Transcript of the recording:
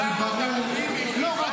אבל ברור --- זה ראש הממשלה, עם 1,700 הרוגים.